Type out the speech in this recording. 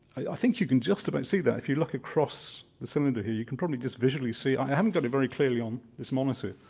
i think you can just about see that if you look across the cylinder here. you can probably just visually see. i haven't got it very clearly on this monitor